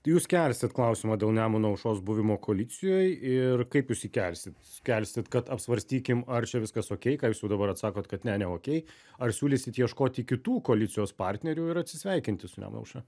tai jūs kelsit klausimą dėl nemuno aušros buvimo koalicijoj ir kaip jūs jį kelsit kelsit kad apsvarstykim ar čia viskas okei ką jūs jau dabar atsakot kad ne okei ar siūlysit ieškoti kitų koalicijos partnerių ir atsisveikinti su nemuno aušra